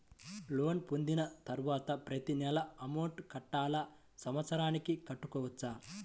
Loan పొందిన తరువాత ప్రతి నెల అమౌంట్ కట్టాలా? సంవత్సరానికి కట్టుకోవచ్చా?